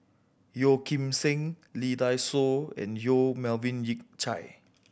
Yeo Kim Seng Lee Dai Soh and Yong Melvin Yik Chye